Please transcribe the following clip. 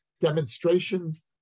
demonstrations